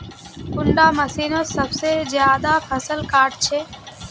कुंडा मशीनोत सबसे ज्यादा फसल काट छै?